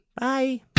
Bye